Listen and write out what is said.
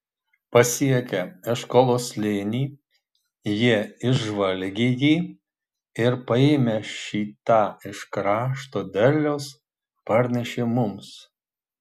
pasiekę eškolo slėnį jie išžvalgė jį ir paėmę šį tą iš krašto derliaus parnešė mums